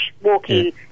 walking